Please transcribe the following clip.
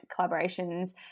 collaborations